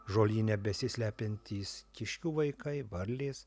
žolyne besislepiantys kiškių vaikai varlės